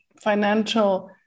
financial